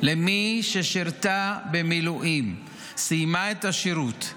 -- למי ששירתה במילואים, סיימה את השירות,